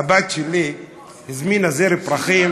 הבת שלי הזמינה זר פרחים